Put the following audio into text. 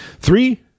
Three